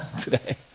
today